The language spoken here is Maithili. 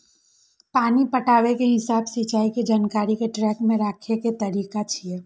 पानि पटाबै के हिसाब सिंचाइ के जानकारी कें ट्रैक मे राखै के तरीका छियै